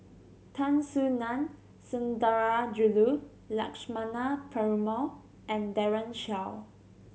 Tan Soo Nan Sundarajulu Lakshmana Perumal and Daren Shiau